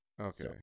Okay